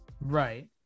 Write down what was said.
Right